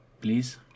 please